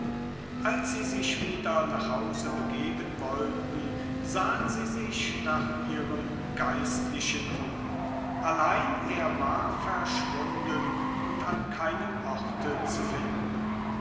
als sie sich wieder nach hause begeben wollten sahen sie sich nach ihrem geistlichen um allein er war verschwunden und an keinem orte zu finden